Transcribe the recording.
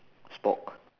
spork